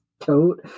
coat